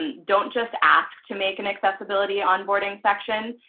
and don't just ask to make an accessibility onboarding section,